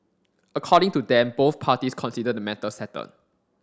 according to them both parties consider the matter settled